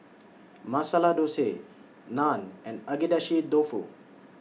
Masala Dosa Naan and Agedashi Dofu